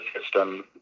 system